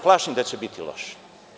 Plašim se da će biti loša.